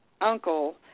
uncle